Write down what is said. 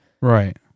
Right